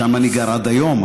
שם אני גר עד היום,